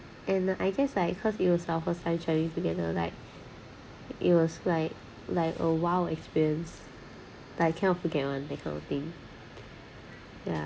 and I guess like cause it was our first time travel together like it was like like a !wow! experience like cannot forget [one] that kind of thing ya